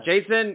Jason